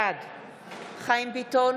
בעד חיים ביטון,